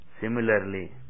Similarly